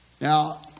Now